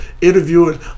interviewing